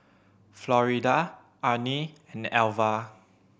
Florida Arnie and Alvah